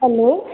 hello